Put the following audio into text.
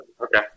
Okay